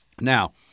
Now